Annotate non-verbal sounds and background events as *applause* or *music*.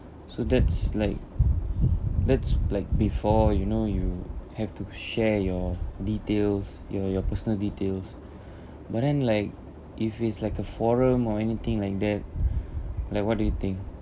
so that's like that's like before you know you have to share your details your your personal details *breath* but then like if it's like a forum or anything like that *breath* like what do you think